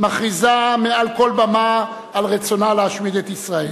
מכריז מעל כל במה על רצונו להשמיד את ישראל.